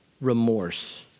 remorse